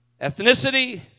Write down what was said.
Ethnicity